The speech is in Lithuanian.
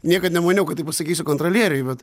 niekad nemaniau kad taip pasakysiu kontrolieriui bet